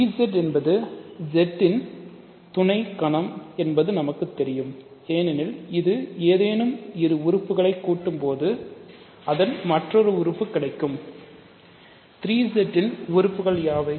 3 Z என்பது Z ன் துணைக் கணம் என்பது நமக்கு தெரியும் ஏனெனில் இதில் ஏதேனும் இரு உறுப்புகளைப் கூட்டும் போது இதன் மற்றுமொரு உறுப்பு கிடைக்கும் 3 Z இன் உறுப்புக்கள் யாவை